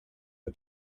the